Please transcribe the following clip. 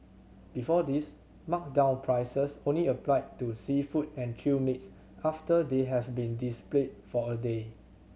before this marked down prices only applied to seafood and chilled meats after they have been displayed for a day